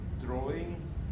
drawing